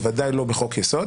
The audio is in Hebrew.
בוודאי לא בחוק יסוד.